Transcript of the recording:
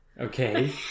Okay